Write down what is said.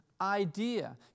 idea